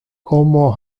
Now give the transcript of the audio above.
como